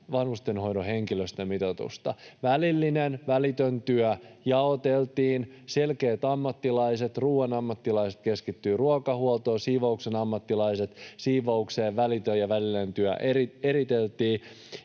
vanhustenhoidon henkilöstömitoitusta. Välillinen ja välitön työ jaoteltiin, selkeät ammattilaiset: ruoan ammattilaiset keskittyvät ruokahuoltoon, siivouksen ammattilaiset siivoukseen, ja välitön ja välillinen työ eriteltiin.